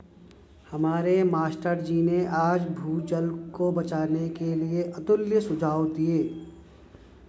हमारे मास्टर जी ने आज भूजल को बचाने के लिए अतुल्य सुझाव दिए